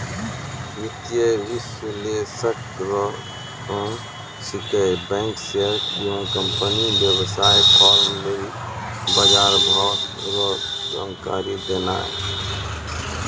वित्तीय विश्लेषक रो काम छिकै बैंक शेयर बीमाकम्पनी वेवसाय फार्म लेली बजारभाव रो जानकारी देनाय